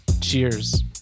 Cheers